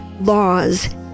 laws